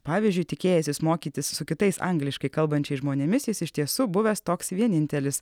pavyzdžiui tikėjęsis mokytis su kitais angliškai kalbančiais žmonėmis jis iš tiesų buvęs toks vienintelis